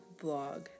blog